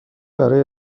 برای